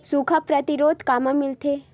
सुखा प्रतिरोध कामा मिलथे?